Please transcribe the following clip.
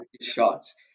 shots